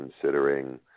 considering